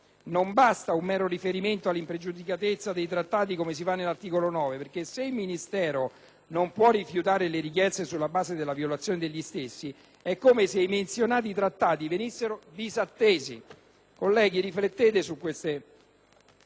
Non basta un mero riferimento all'impregiudicatezza dei Trattati come si fa all'articolo 9, perché se il Ministero non può rifiutare le richieste che si basano sulla violazione degli stessi, è come se i menzionati Trattati venissero disattesi. Colleghi, riflettete su questi